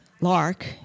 Lark